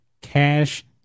cash